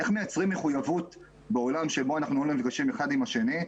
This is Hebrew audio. איך מייצרים מחויבות בעולם שבו אנחנו לא נפגשים אחד עם השני,